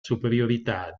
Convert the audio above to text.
superiorità